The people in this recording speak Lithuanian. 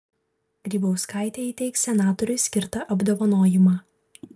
grybauskaitė įteiks senatoriui skirtą apdovanojimą